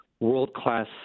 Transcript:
world-class